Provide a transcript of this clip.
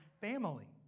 family